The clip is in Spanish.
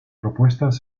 propuestas